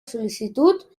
sol·licitud